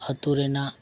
ᱟᱛᱳ ᱨᱮᱱᱟᱜ